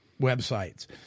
websites